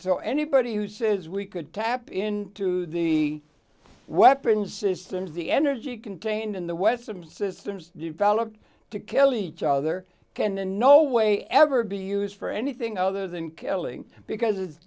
so anybody who says we could tap into the weapons systems the energy contained in the west some systems developed to kill each other can in no way ever be used for anything other than killing because it's